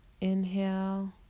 inhale